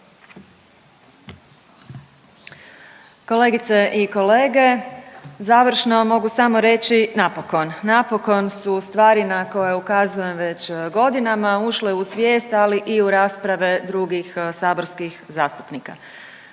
Kolegice i kolege. Završno mogu samo reći napokon, napokon su stvari na koje ukazujem već godinama ušle u svijest, ali i u rasprave drugih saborskih zastupnika.